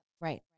Right